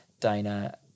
Dana